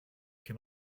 can